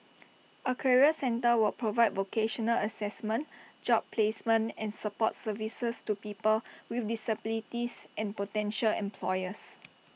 A career centre will provide vocational Assessment job placement and support services to people with disabilities and potential employers